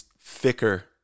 thicker